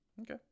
Okay